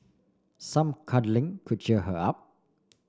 some cuddling could cheer her up